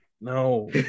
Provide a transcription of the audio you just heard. No